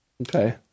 okay